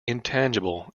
intangible